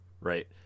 Right